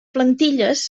plantilles